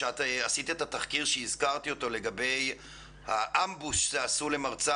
שעשית עליו תחקיר, לגבי האמבוש שעשו למרצה?